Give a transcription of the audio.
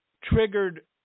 triggered